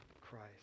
Christ